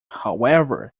however